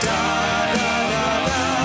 Da-da-da-da